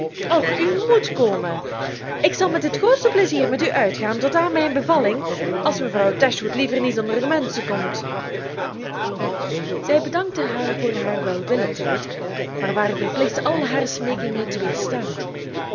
och u moet komen ik zal met het grootste pleizier met u uitgaan tot aan mijn bevalling als mevrouw dashwood liever niet onder de menschen komt zij bedankten haar voor haar welwillendheid maar waren verplicht al haar smeekingen te weerstaan